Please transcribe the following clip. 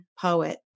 poet